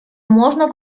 можно